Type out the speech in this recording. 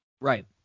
Right